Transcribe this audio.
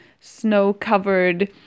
snow-covered